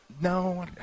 No